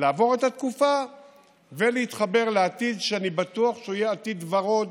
לעבור את התקופה ולהתחבר לעתיד שאני בטוח שהוא יהיה עתיד ורוד,